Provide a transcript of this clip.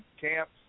camps